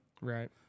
Right